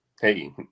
hey